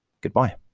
Goodbye